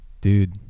Dude